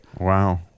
Wow